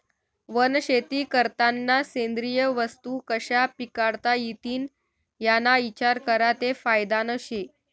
वनशेती करतांना सेंद्रिय वस्तू कशा पिकाडता इतीन याना इचार करा ते फायदानं शे